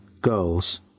girls